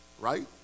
Right